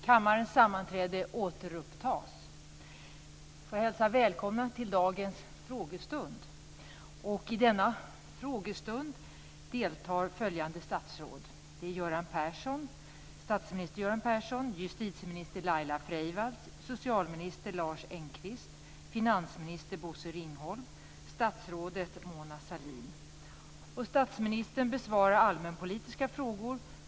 Jag vill hälsa er välkomna till dagens frågestund. I denna frågestund deltar följande statsråd: Statsminister Göran Persson, justitieminister Laila Freivalds, socialminister Lars Engqvist, finansminister Bosse Ringholm och statsrådet Mona Sahlin. Statsministern besvarar allmänpolitiska frågor.